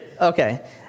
Okay